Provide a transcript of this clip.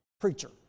preacher